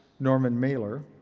norman mailer.